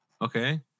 Okay